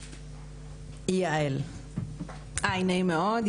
היי, נעים מאוד.